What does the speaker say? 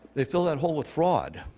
they fill that hole with fraud.